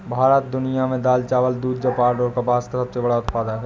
भारत दुनिया में दाल, चावल, दूध, जूट और कपास का सबसे बड़ा उत्पादक है